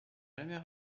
jamais